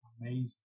amazing